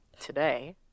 today